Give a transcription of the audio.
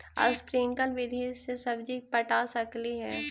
Sprinkle विधि से सब्जी पटा सकली हे?